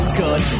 good